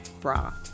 bra